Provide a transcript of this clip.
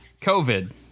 covid